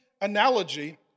analogy